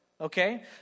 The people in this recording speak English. Okay